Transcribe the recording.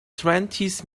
twenties